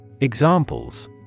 Examples